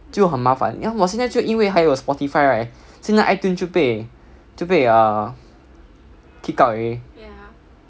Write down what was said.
就很麻烦 ya 我现在就因为还有 Spotify right 现在 itune 就被就被 err kick out already